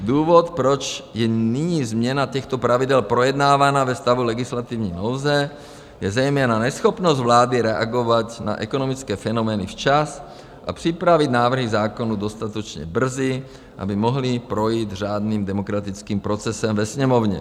Důvod, proč je nyní změna těchto pravidel projednávána ve stavu legislativní nouze, je zejména neschopnost vlády reagovat na ekonomické fenomény včas a připravit návrhy zákonů dostatečně brzy, aby mohly projít řádným demokratickým procesem ve Sněmovně.